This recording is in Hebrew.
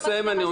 מיכל, די.